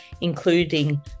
including